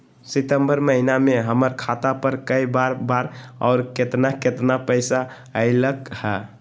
सितम्बर महीना में हमर खाता पर कय बार बार और केतना केतना पैसा अयलक ह?